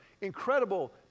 incredible